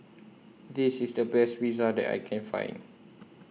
This IS The Best Pizza that I Can Find